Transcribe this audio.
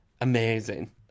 amazing